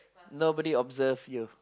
nobody observe you